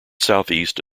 southeast